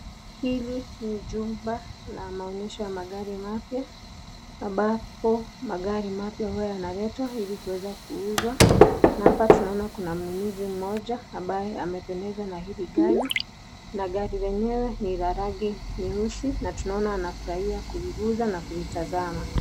Hili ni jumba la maonyesho ya magari mapya. Ambapo magari mapya huwa yanaletwa ili kuweza kuuzwa. Na hapa tunaona kuna mnunuzi mmoja ambaye amependezwa na hili gari. Na gari lenyewe ni la rangi nyeusi na tunaona anafurahia kuiguza na kulitazama.